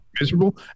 miserable